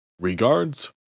Regards